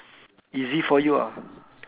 easy for you ah